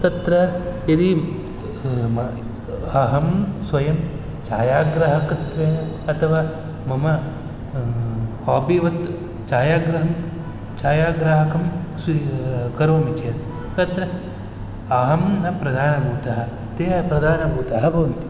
तत्र यदि अहं स्वयं छायाग्राहकत्वेन अथवा मम हाबिवत् छायाग्रहं छायाग्राहकं स्वी करोमि चेत् तत्र अहं न प्रधानभूतः ते प्रधानभूताः भवन्ति